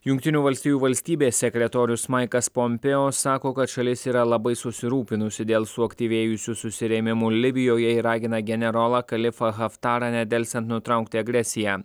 jungtinių valstijų valstybės sekretorius maikas pompėjo sako kad šalis yra labai susirūpinusi dėl suaktyvėjusių susirėmimų libijoje ir ragina generolą kalifą haftarą nedelsiant nutraukti agresiją